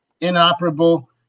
inoperable